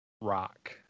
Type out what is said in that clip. rock